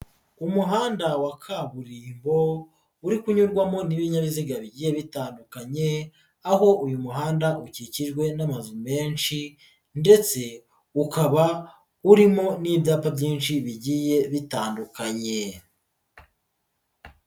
Umuhanda wa kaburimbo uri kunyurwamo n'ibinyabiziga bigiye bitandukanye aho uyu muhanda ukikijwe n'amazu menshi ndetse ukaba urimo n'ibyapa byinshi bigiye bitandukanye.